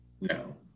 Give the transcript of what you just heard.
No